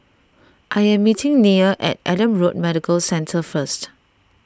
I am meeting Neal at Adam Road Medical Centre first